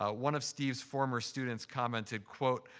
ah one of steve's former students commented, quote,